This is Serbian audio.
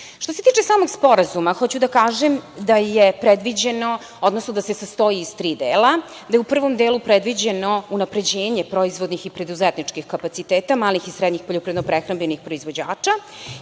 se tiče samog sporazuma hoću da kažem da je predviđeno odnosno da se sastoji iz tri dela, da je u prvom delu predviđeno unapređenje proizvodnih i preduzetničkih kapaciteta, malih i srednjih poljoprivredno-prehrambenih proizvođača,